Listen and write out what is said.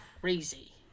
crazy